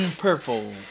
purple